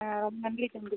ஆ ரொம்ப நன்றி தம்பி